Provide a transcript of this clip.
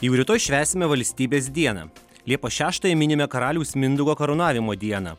jau rytoj švęsime valstybės dieną liepos šeštąją minime karaliaus mindaugo karūnavimo dieną